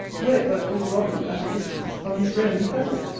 were it but old robin at a distance, on his roan keffel.